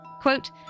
Quote